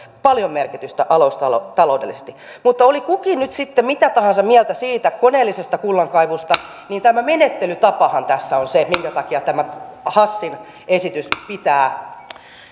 paljon merkitystä aluetaloudellisesti mutta oli kukin nyt sitten mitä tahansa mieltä siitä koneellisesta kullankaivuusta niin tämä menettelytapahan tässä on se minkä takia tämä hassin esitys pitää